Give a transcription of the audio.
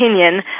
opinion